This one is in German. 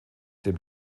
dem